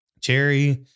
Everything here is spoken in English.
Cherry